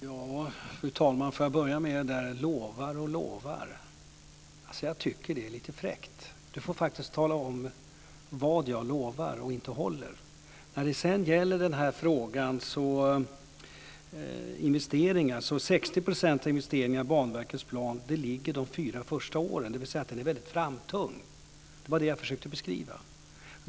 Fru talman! Birgitta Sellén säger att jag lovar och lovar. Jag tycker att det är lite fräckt. Hon får faktiskt tala om vad jag lovar och inte håller. Birgitta Sellén tar upp frågan om investeringar. 60 % av investeringarna i Banverkets plan ligger de fyra första åren, dvs. planen är framtung. Det var det jag försökte beskriva.